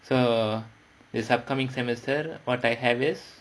so this upcoming semester what I have is